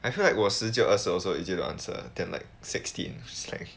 I feel like 我十九二十 also easier to answer than like sixteen is like